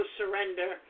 surrender